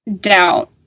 doubt